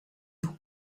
vous